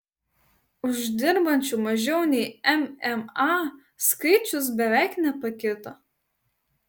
uždirbančių mažiau nei mma skaičius beveik nepakito